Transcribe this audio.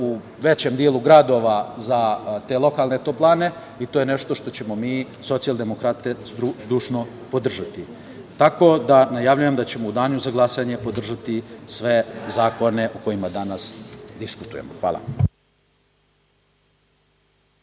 u većem delu gradova za te lokalne toplane. To je nešto što ćemo mi socijaldemokrate zdušno podržati. Tako da, najavljujem da ćemo u danu za glasanje podržati sve zakone o kojima danas diskutujemo. Hvala.